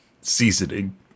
seasoning